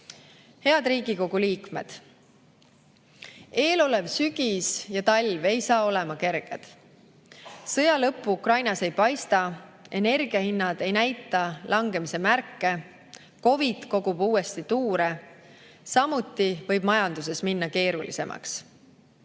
Riigikogu liikmed! Eelolev sügis ja talv ei saa olema kerged. Sõja lõppu Ukrainas ei paista, energiahinnad ei näita langemise märke, COVID kogub uuesti tuure, samuti võib majanduses minna keerulisemaks.